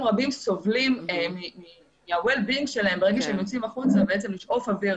רבים סובלים מה-well-being שלהם ברגע שהם יוצאים החוצה לשאוף אוויר,